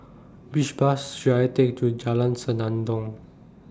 Which Bus should I Take to Jalan Senandong